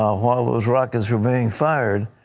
ah while those rockets were being fired,